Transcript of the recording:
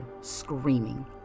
screaming